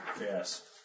Yes